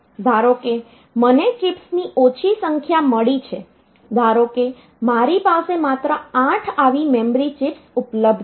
ધારો કે મને ચિપ્સની ઓછી સંખ્યા મળી છે ધારો કે મારી પાસે માત્ર 8 આવી મેમરી ચિપ્સ ઉપલબ્ધ છે